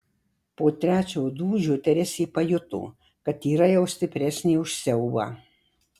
po trečio dūžio teresė pajuto kad yra jau stipresnė už siaubą